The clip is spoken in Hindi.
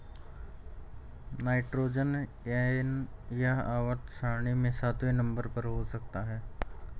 नाइट्रोजन एन यह आवर्त सारणी में सातवें नंबर पर हो सकता है